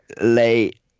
late